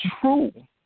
true